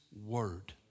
word